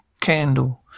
candle